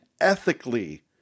ethically